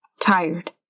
Tired